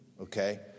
Okay